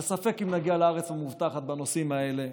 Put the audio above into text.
וספק אם נגיע לארץ המובטחת בנושאים האלה,